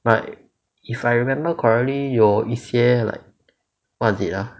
but if I remember correctly 有一些 like what is it ah